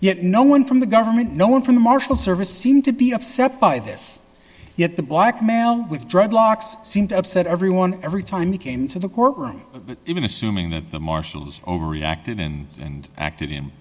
yet no one from the government no one from the marshal service seemed to be upset by this yet the black male with dreadlocks seemed upset everyone every time he came into the courtroom even assuming that the marshals overreacted and and acted him